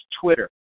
Twitter